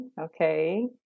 okay